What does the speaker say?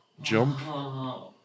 jump